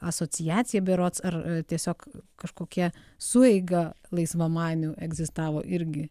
asociacija berods ar tiesiog kažkokia sueiga laisvamanių egzistavo irgi